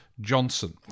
Johnson